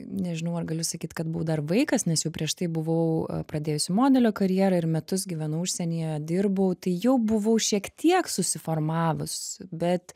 nežinau ar galiu sakyt kad buvau dar vaikas nes jau prieš tai buvau pradėjusi modelio karjerą ir metus gyvenau užsienyje dirbau tai jau buvau šiek tiek susiformavus bet